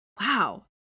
wow